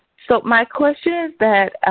so my question is that,